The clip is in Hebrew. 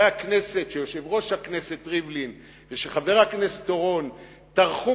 שיושב-ראש הכנסת ריבלין וחבר הכנסת אורון טרחו